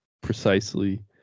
precisely